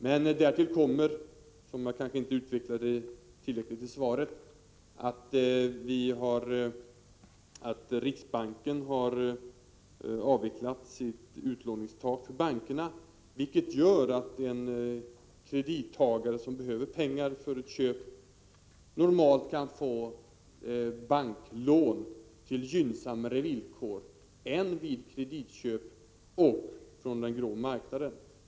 Men därtill kommer — någonting som jag kanske inte utvecklade tillräckligt i svaret — att riksbanken har avvecklat utlåningstaket för bankerna, vilket gör att en kredittagare som behöver pengar för ett köp normalt kan få banklån till gynnsammare villkor än dem som gäller vid kreditköp och lån från den grå marknaden.